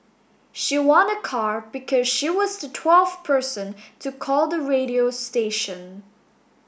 she won a car because she was the twelfth person to call the radio station